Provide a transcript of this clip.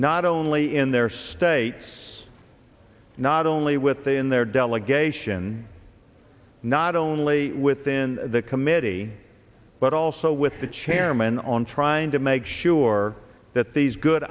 not only in their states not only within their delegation not only within the committee but also with the chairman on trying to make sure that these good